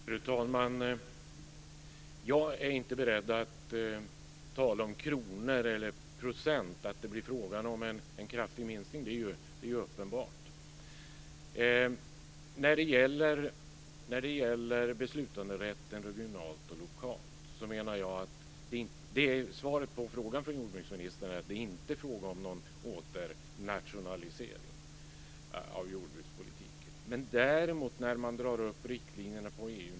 Fru talman! Jag är inte beredd att tala om kronor eller procent. Att det blir fråga om en kraftig minskning är ju uppenbart. När det gäller beslutanderätten regionalt och lokalt menar jag att svaret på frågan från jordbruksministern är att det inte är fråga om någon åternationalisering av jordbrukspolitiken.